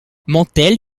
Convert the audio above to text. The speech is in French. mantel